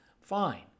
Fine